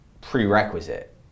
prerequisite